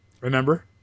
Remember